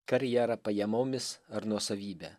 karjera pajamomis ar nuosavybe